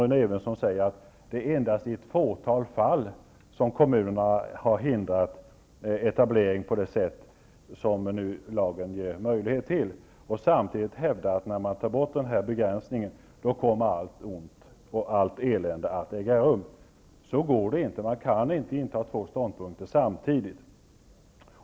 Rune Evensson säger att det endast är i ett fåtal fall som kommunerna har hindrat etablering på det sätt som lagen nu ger möjlighet till. Men det kan man inte säga samtidigt som man säger att allt ont och elände kommer att bli ett faktum när den här begränsningen tas bort. Det är inte möjligt att inta två olika ståndpunkter samtidigt.